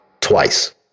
twice